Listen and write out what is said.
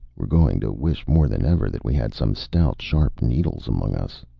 we're going to wish more than ever that we had some stout, sharp needles among us.